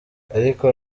ariko